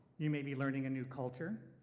you may be learning a new culture.